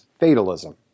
Fatalism